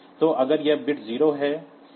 तो अगर यह बिट 0 है